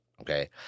okay